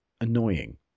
annoying